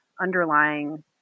underlying